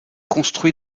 construit